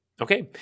Okay